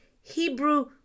Hebrew